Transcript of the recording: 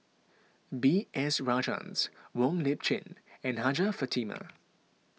B S Rajhans Wong Lip Chin and Hajjah Fatimah